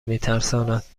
میترساند